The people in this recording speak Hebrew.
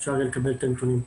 ואפשר לקבל את הנתונים.